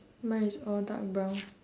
mine is all dark brown